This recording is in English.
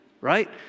right